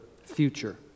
future